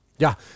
Ja